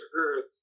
Earth